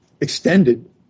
extended